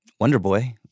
Wonderboy